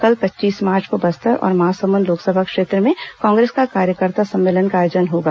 कल पच्चीस मार्च को बस्तर और महासमुंद लोकसभा क्षेत्र में कांग्रेस का कार्यकर्ता सम्मेलन का आयोजन होगा